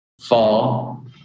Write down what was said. Fall